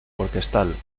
orquestal